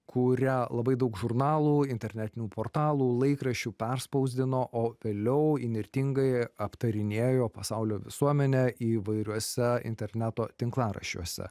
kurią labai daug žurnalų internetinių portalų laikraščių perspausdino o vėliau įnirtingai aptarinėjo pasaulio visuomenė įvairiuose interneto tinklaraščiuose